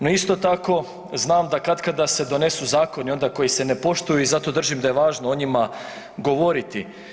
No isto tako znam da katkada se donesu zakoni onda koji se ne poštuju i zato držim da je važno o njima govoriti.